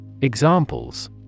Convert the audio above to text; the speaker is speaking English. Examples